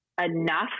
enough